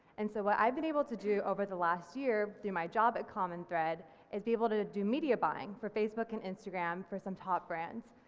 and so what i've been able to do over the last year through my job at common thread is be able to do media buying for facebook and instagram for some top brands,